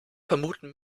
vermuten